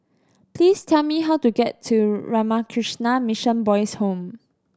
please tell me how to get to Ramakrishna Mission Boys' Home